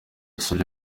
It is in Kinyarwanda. solly